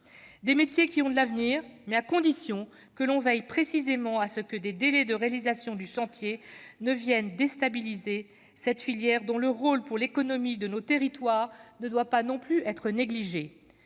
Ces métiers ont de l'avenir, à condition que l'on veille précisément à ce que les délais de réalisation du chantier ne viennent pas déstabiliser une filière dont le rôle pour l'économie de nos territoires ne doit pas être négligé.